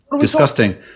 disgusting